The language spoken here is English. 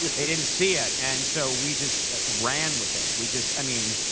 they didn't see it. and so we just ran with it. we just i mean,